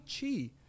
Chi